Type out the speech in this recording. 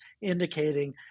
indicating